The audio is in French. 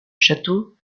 château